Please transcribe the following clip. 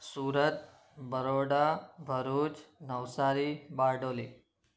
Surat Baroda Bharuch Navsari Bardoli